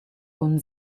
con